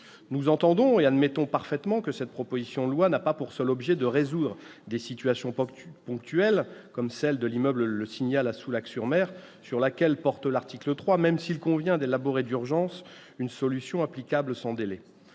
Nous entendons et admettons parfaitement que ce texte n'a pas pour seul objet de résoudre des situations ponctuelles, comme celle de l'immeuble Le Signal, à Soulac-sur-Mer, sur laquelle porte l'article 3, même s'il convient d'élaborer d'urgence une solution applicable sans délai.